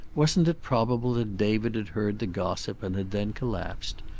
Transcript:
wasn't it probable that david had heard the gossip, and had then collapsed?